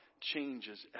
changes